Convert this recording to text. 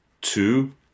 two